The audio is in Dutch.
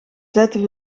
zetten